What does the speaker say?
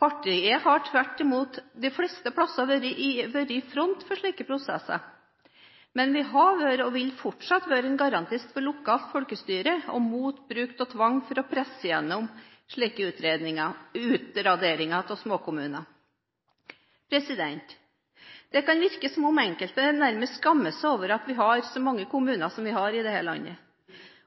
Partiet har tvert imot de fleste stedene vært i front for slike prosesser. Men vi har vært, og vil fortsatte være, en garantist for lokalt folkestyre og mot bruk av tvang for å presse gjennom slike utraderinger av småkommuner. Det kan virke som om enkelte nærmest skammer seg over at vi har så mange kommuner som vi har i dette landet.